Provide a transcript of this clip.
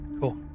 Cool